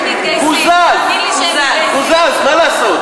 מה לעשות.